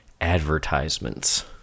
advertisements